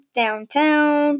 downtown